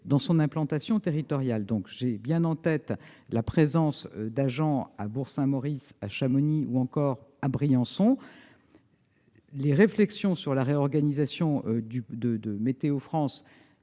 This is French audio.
sur son implantation territoriale. J'ai bien en tête la présence d'agents à Bourg-Saint-Maurice, à Chamonix ou à Briançon. Les réflexions sur la réorganisation de Météo France,